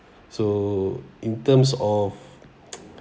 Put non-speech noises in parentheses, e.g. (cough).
so in terms of (noise)